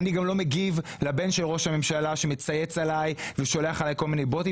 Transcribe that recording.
אני גם לא מגיב לבן של ראש הממשלה שמצייץ עלי ושולח עלי כל מיני בוטים.